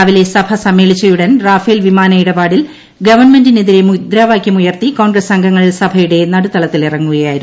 രാവിലെ സഭ സമ്മേളിച്ചയുടൻ റാഫേൽ വിമാന ഇടപാടിൽ ഗവൺമെന്റിനെതിരെ മുദ്രാവാക്യം ഉയർത്തി കോൺഗ്രസ് അംഗങ്ങൾ സഭയുടെ നടുതളത്തിലിറങ്ങുകയായിരുന്നു